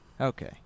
Okay